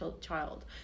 child